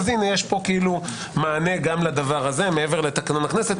יש פה כאילו מענה גם לכך מעבר לתקנון הכנסת.